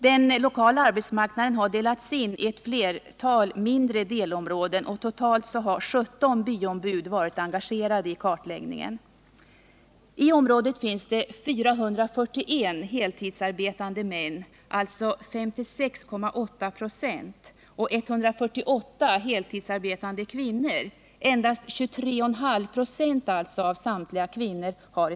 Den lokala arbetsmarknaden har delats in i ett flertal mindre delområden, och totalt har 17 byombud varit engagerade i kartläggningen. I området finns 441 heltidsarbetande män, alltså 56,8 26, och 148 heltidsarbetande kvinnor, vilket endast är 23,5 96 av samtliga kvinnor.